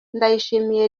ndayishimiye